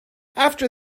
after